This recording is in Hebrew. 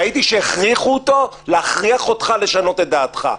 ראיתי שהכריחו אותו להכריח אותך לשנות את דעתך.